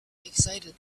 excited